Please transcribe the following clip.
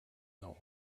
know